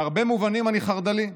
בהרבה מובנים אני חרד"לי.